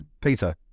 Peter